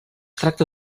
tracta